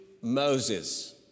Moses